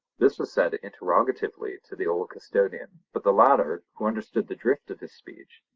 this was said interrogatively to the old custodian, but the latter, who understood the drift of his speech,